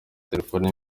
telefoni